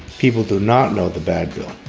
people do not know the bad deal.